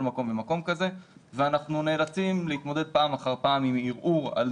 מקום ומקום כזה ואנחנו נאלצים להתמודד פעם אחר פעם עם ערעור על